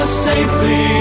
safely